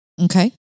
Okay